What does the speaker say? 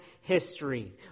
history